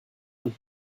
und